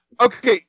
okay